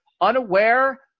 unaware